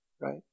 Right